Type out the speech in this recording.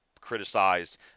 criticized